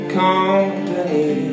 company